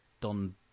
don